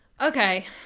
Okay